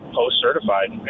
post-certified